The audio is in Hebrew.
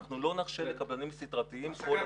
אנחנו לא נרשה לקבלנים סדרתיים --- הפסקת